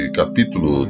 capítulo